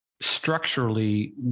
structurally